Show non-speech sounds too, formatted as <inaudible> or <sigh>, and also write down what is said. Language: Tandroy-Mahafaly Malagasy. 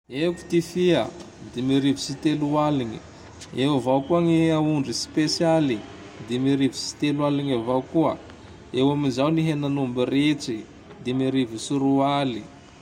<noise> Eo ty fia, <noise> dimy arivo sy telo aligne, <noise> eo avao koa gny aondry spesialy <noise> dimy arivo telo aligne <noise> avao koa, <noise> eo amzao ny henan'omby ritry dimy arivo sy roa aly. <noise>